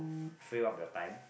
fill up your time